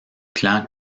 clan